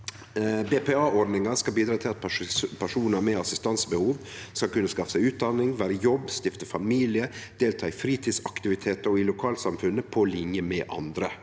BPA-ordninga skal bidra til at personar med assistansebehov skal kunne skaffe seg utdanning, vere i jobb, stifte familie og delta i fritidsaktivitetar og i lokalsamfunnet på linje med andre.